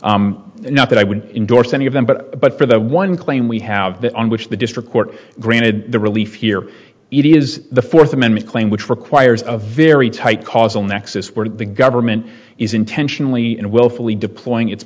aired not that i would endorse any of them but but for the one claim we have that on which the district court granted the relief here it is the fourth amendment claim which requires a very tight causal nexus where the government is intentionally and willfully deploying it